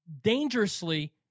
dangerously